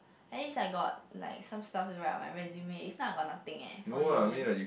at least like got like some stuff to write on my resume if not I got nothing eh for uni